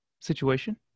situation